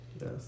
Yes